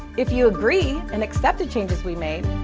if you agree and accept the changes we made,